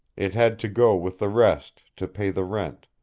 it had to go with the rest to pay the rent,